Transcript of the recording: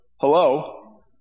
Hello